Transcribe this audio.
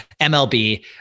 MLB